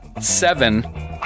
seven